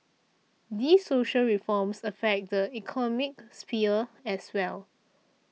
these social reforms affect the economic sphere as well